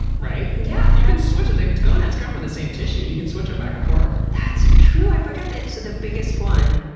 right? yeah you can switch it. gonads come from the same tissues, you can switch them back and forth. that's true. i forget that so the biggest one,